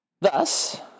Thus